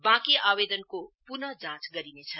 वाँकी आवेदनको पुन जाँच गरिनेछ